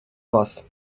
вас